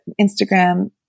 instagram